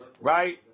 Right